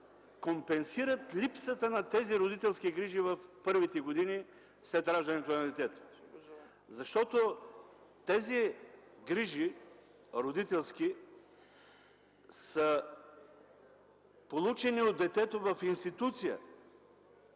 компенсират липсата на тези родителски грижи в първите години след раждането на детето. Защото тези родителски грижи са получени от детето в институция,